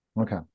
okay